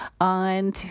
on